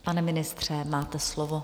Pane ministře, máte slovo.